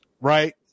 right